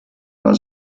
war